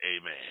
amen